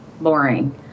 boring